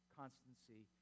constancy